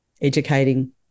educating